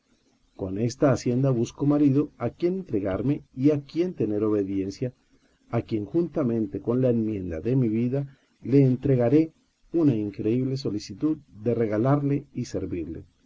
con esta hacienda busco marid o a quien entregarme y a quien tener obediencia a quien juntamente con la enmienda de mi vida le entregaré una increíble solicitud de regalarle y servirle